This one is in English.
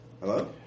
Hello